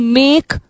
make